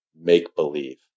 make-believe